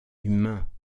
humain